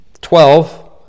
Twelve